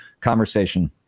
conversation